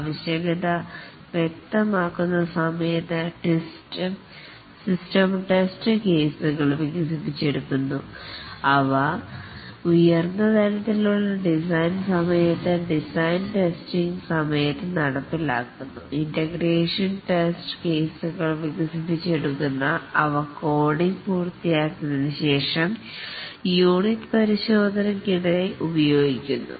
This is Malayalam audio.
ആവശ്യകത വ്യക്തമാക്കുന്ന സമയത്ത് സിസ്റ്റം ടെസ്റ്റ് കേസുകൾ വികസിപ്പിച്ചെടുക്കുന്നു അവ ഉയർന്ന തലത്തിലുള്ള ഡിസൈൻ സമയത്ത് സിസ്റ്റം ടെസ്റ്റിംഗ് സമയത്ത് നടപ്പിലാക്കുന്നു ഇന്റഗ്രേഷൻ ടെസ്റ്റ് കേസുകൾ വികസിപ്പിച്ചെടുക്കുന്നു അവ കോഡിംഗ് പൂർത്തിയാക്കിയതിനുശേഷം യൂണിറ്റ് പരിശോധനയ്ക്കിടെ ഉപയോഗിക്കുന്നു